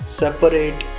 separate